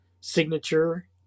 signature